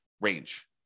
range